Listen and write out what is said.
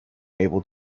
able